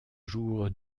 jour